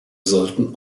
sollten